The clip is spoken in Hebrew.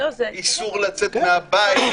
איסור לצאת מהבית,